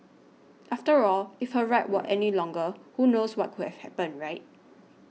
after all if her ride were any longer who knows what could have happened right